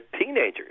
teenagers